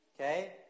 okay